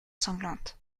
sanglante